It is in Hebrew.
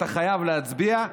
אתה חייב להצביע,